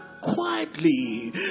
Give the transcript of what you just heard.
quietly